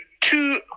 two